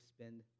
spend